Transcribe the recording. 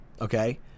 okay